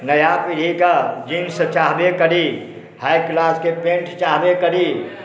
नया पीढ़ीके जीन्स चाहबे करी हाई क्लासके पेण्ट चाहबे करी